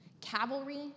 Cavalry